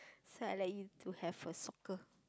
felt like you to have a soccer